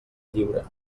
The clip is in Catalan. lliure